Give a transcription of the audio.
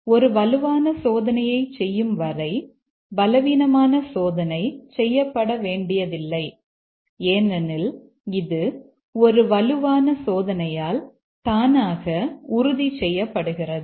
நாம் ஒரு வலுவான சோதனையைச் செய்யும் வரை பலவீனமான சோதனை செய்யப்பட வேண்டியதில்லை ஏனெனில் இது ஒரு வலுவான சோதனையால் தானாக உறுதி செய்யப்படுகிறது